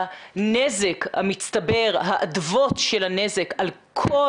הנזק המצטבר, האדוות של הנזק על כל